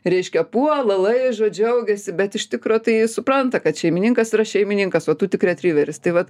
reiškia puola laižo džiaugiasi bet iš tikro tai supranta kad šeimininkas yra šeimininkas o tu tik retriveris tai vat